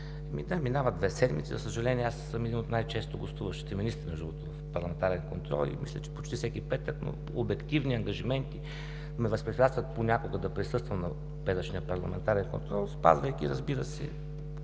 минават две седмици, за съжаление, аз съм един от най-често гостуващите министри в парламентарен контрол и, мисля, почти всеки петък, но обективни ангажименти ме възпрепятстват понякога да присъствам на петъчния парламентарен контрол, спазвайки, разбира се,